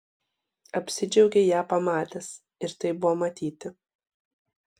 apsidžiaugei ją pamatęs ir tai buvo matyti